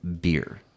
beer